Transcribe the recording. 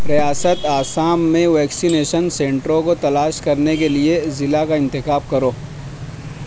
ریاست آسام میں ویکسینیسن سنٹروں کو تلاش کرنے کے لیے ضلع کا انتخاب کرو